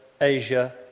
Asia